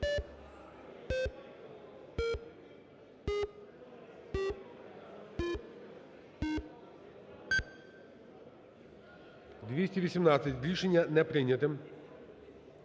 215. Рішення не прийнято.